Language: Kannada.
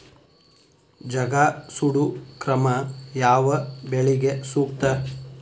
ಜಗಾ ಸುಡು ಕ್ರಮ ಯಾವ ಬೆಳಿಗೆ ಸೂಕ್ತ?